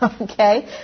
Okay